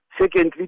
Secondly